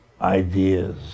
ideas